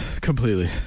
Completely